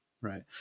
right